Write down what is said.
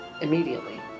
Immediately